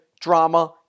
Drama